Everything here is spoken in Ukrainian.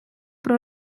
про